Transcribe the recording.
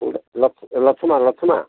ଲଛ ଲଛ ଲଛମା ଲଛମା